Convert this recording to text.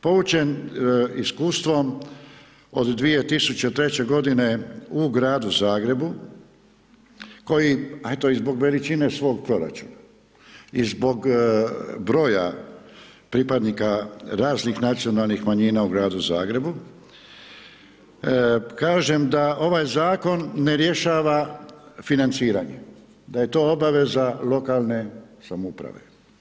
Poučen iskustvom, od 2003. g. u Gradu Zagrebu, koji a eto i zbog veličine svog proračuna i zbog broja pripadnika raznih nacionalnih manjina u Gradu Zagrebu, kažem da ovaj zakon ne rješava financiranje, da je to obaveza lokalne samouprave.